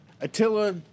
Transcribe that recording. Attila